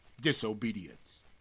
disobedience